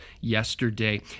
yesterday